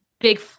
Big